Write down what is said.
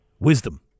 Wisdom